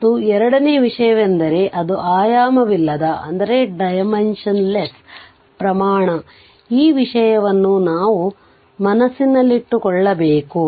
ಮತ್ತು ಎರಡನೆಯ ವಿಷಯವೆಂದರೆ ಅದು ಆಯಾಮವಿಲ್ಲದ ಪ್ರಮಾಣ ಈ ವಿಷಯವನ್ನು ನಾವು ಮನಸ್ಸಿನಲ್ಲಿಟ್ಟುಕೊಳ್ಳಬೇಕು